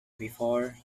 before